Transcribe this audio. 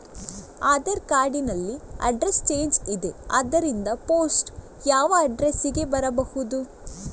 Aadhaar card ನಲ್ಲಿ address change ಇದೆ ಆದ್ದರಿಂದ ಪೋಸ್ಟ್ ಯಾವ ಅಡ್ರೆಸ್ ಗೆ ಬರಬಹುದು?